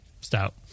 stout